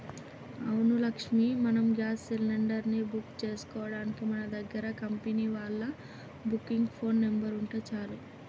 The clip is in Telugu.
అవును లక్ష్మి మనం గ్యాస్ సిలిండర్ ని బుక్ చేసుకోవడానికి మన దగ్గర కంపెనీ వాళ్ళ బుకింగ్ ఫోన్ నెంబర్ ఉంటే చాలు